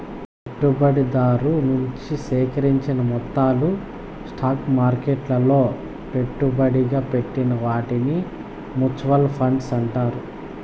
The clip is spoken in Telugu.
పెట్టుబడిదారు నుంచి సేకరించిన మొత్తాలు స్టాక్ మార్కెట్లలో పెట్టుబడిగా పెట్టిన వాటిని మూచువాల్ ఫండ్స్ అంటారు